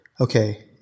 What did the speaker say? okay